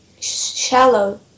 shallow